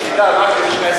סליחה?